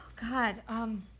oh god. um,